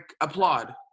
applaud